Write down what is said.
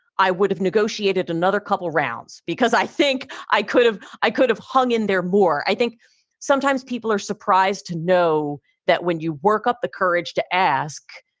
i would have negotiated another couple of rounds because i think i could have i could have hung in there more. i think sometimes people are surprised to know that when you work up the courage to ask,